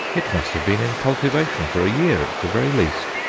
it must have been in cultivation for a year at the very least,